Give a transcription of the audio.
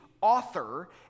author